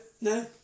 no